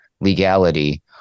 legality